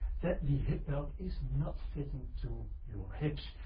that the hip belt is not fitting to your hips,